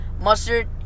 mustard